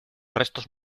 restos